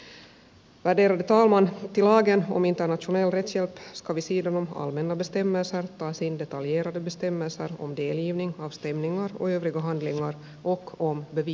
till lagen om internationell rättshjälp ska vid sidan om allmänna bestämmelser tas in detaljerade bestämmelser om delgivning av stämningar och övriga handlingar och om bevisupptagning